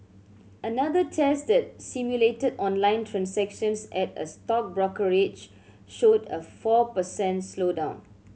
another test that simulated online transactions at a stock brokerage showed a four per cent slowdown